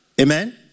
Amen